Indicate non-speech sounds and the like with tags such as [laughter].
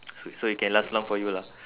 [noise] so so it can last long for you lah